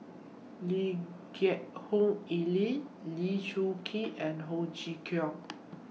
Lee Geck Hoon Ellen Lee Choon Kee and Ho Chee Kong